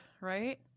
right